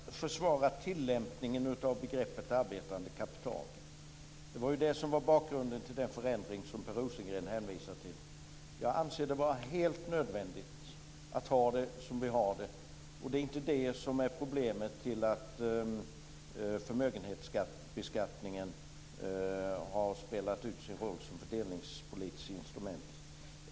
Fru talman! Låt mig för det första försvara tilllämpningen av begreppet arbetande kapital. Det var ju det som var bakgrunden till den förändring som Per Rosengren hänvisade till. Jag anser det vara helt nödvändigt att ha det som vi har det. Och det är inte det som är problemet när det gäller att förmögenhetsbeskattningen har spelat ut sin roll som fördelningspolitiskt instrument.